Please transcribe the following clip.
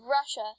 russia